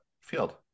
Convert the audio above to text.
field